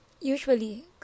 usually